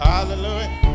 Hallelujah